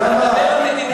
אתה מדבר על מדיניות?